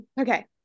okay